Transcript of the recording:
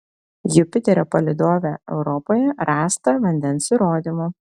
jupiterio palydove europoje rasta vandens įrodymų